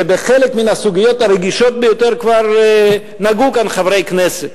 בחלק מן הסוגיות הרגישות ביותר כבר נגעו כאן חברי הכנסת